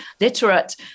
literate